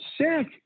sick